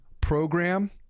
program